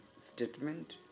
statement